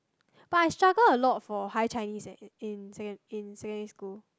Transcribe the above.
but I struggle for a lot for higher Chinese eh in in secon~ in secondary school